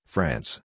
France